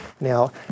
Now